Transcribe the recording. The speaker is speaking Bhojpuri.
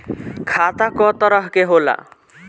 खाता क तरह के होला?